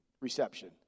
reception